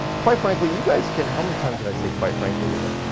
quite frankly, you guys can. how many times did i say quite frankly today?